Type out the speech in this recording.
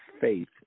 faith